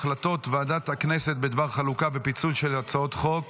החלטות ועדת הכנסת בדבר חלוקה ופיצול של הצעות חוק.